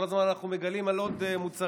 כל הזמן אנחנו מגלים על עוד מוצרים